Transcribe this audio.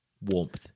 Warmth